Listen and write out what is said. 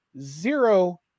zero